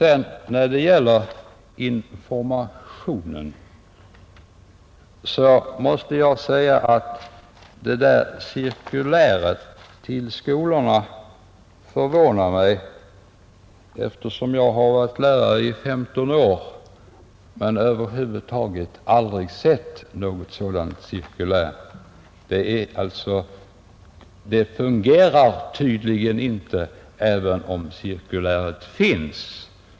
I fråga om informationen måste jag säga att vad som sägs om cirkuläret till skolorna förvånar mig, eftersom jag har varit lärare i 15 år men över huvud taget aldrig sett något sådant cirkulär. Det fungerar tydligen inte, även om cirkuläret finns.